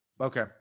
okay